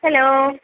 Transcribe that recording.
hello